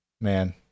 Man